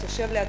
התיישב ליד